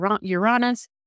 Uranus